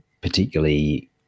particularly